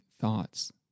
thoughts